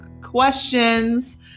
questions